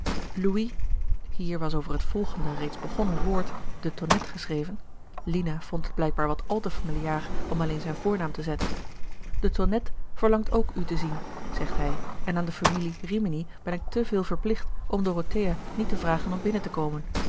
hier was over het volgende reeds begonnen woord de tonnette geschreven lina vond het blijkbaar wat al te familiaar om alleen zijn voornaam te zetten de tonnette verlangt ook u te zien zegt hij en aan de familie eimini ben ik te veel verplicht om dorothea niet te vragen om binnen te komen